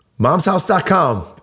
MomsHouse.com